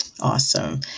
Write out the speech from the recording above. awesome